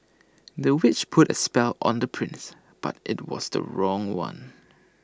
the witch put A spell on the prince but IT was the wrong one